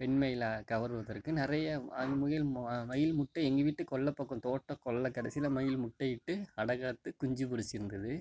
பெண் மயிலை கவர்வதற்கு நிறைய அது முயல் மயில் முட்டை எங்கள் வீட்டு கொள்ள பக்கம் தோட்டக்கொள்ள கடைசியில மயில் முட்டையிட்டு அடைக்காத்து குஞ்சு பொரிச்சியிருந்துது